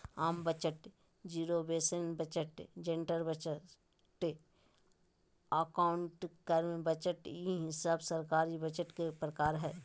आम budget, zero base budget, gender budget, outcome budget ई सब सरकारी बजट के प्रकार हय